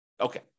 Okay